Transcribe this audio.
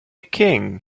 king